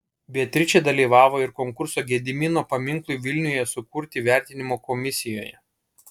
beatričė dalyvavo ir konkurso gedimino paminklui vilniuje sukurti vertinimo komisijoje